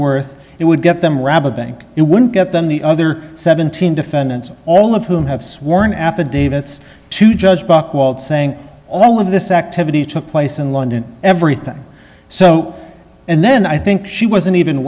worth it would get them rabbit bank it wouldn't get them the other seventeen defendants all of whom have sworn affidavits to judge buchwald saying all of this activity took place in london everything so and then i think she wasn't even